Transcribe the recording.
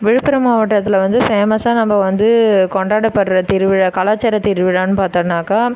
விழுப்புர மாவட்டத்தில் வந்து ஃபேமஸாக நம்ப வந்து கொண்டாடப்படுகிற திருவிழா கலாச்சார திருவிழான்னு பார்த்தோனாக்கா